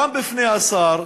גם בפני השר,